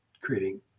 creating